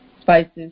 spices